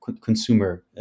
consumer